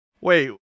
wait